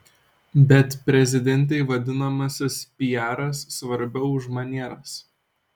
bet prezidentei vadinamasis piaras svarbiau už manieras